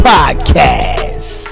Podcast